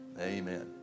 Amen